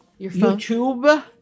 YouTube